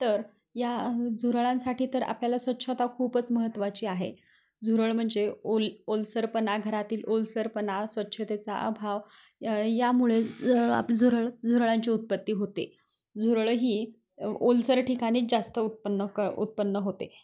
तर या झुरळांसाठी तर आपल्याला स्वच्छता खूपच महत्त्वाची आहे झुरळ म्हणजे ओल ओलसरपणा घरातील ओलसरपणा स्वच्छतेचा अभाव यामुळे आप झुरळ झुरळांची उत्पत्ती होते झुरळ ही ओलसर ठिकाणी जास्त उत्पन्न क उत्पन्न होते